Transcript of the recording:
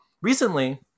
Recently